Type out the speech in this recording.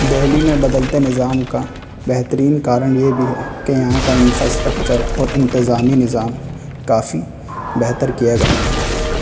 دہلی میں بدلتے نظام کا بہترین کارن یہ بھی ہے کہ یہاں کا انفراسٹیکچر اور انتظامی نظام کافی بہتر کیا گیا ہے